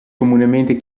comunemente